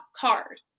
card